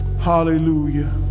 Hallelujah